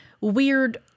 weird